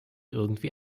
irgendwie